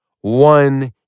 One